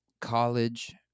college